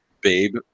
Babe